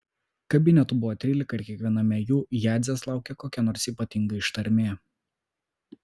kabinetų buvo trylika ir kiekviename jų jadzės laukė kokia nors ypatinga ištarmė